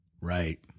Right